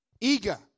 eager